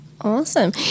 Awesome